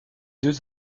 deux